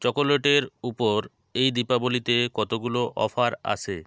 চকোলেটের উপর এই দীপাবলীতে কতগুলো অফার আছে